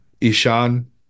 ishan